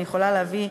אני יכולה להביא,